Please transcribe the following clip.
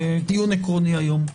או דיון עקרוני, היום.